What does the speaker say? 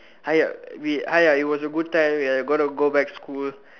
!aiya! we !aiya! it was a good time we are gonna go back school